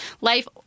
life